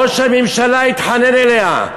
ראש הממשלה התחנן אליה,